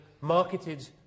marketed